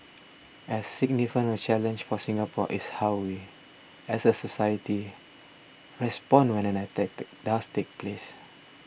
as significant a challenge for Singapore is how we as a society respond when an attack does take place